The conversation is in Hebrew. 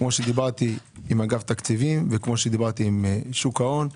כמו שדיברתי עם אגף תקציבים וכמו שדיברתי עם שוק ההון.